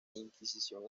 inquisición